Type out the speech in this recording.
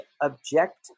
object